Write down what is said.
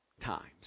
times